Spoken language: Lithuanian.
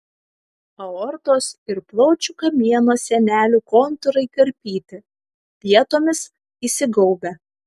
aortos ir plaučių kamieno sienelių kontūrai karpyti vietomis įsigaubę